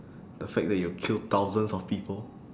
the fact that you'll kill thousands of people